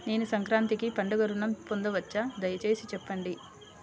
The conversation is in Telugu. నేను సంక్రాంతికి పండుగ ఋణం పొందవచ్చా? దయచేసి చెప్పండి?